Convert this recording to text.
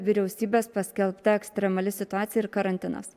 vyriausybės paskelbta ekstremali situacija ir karantinas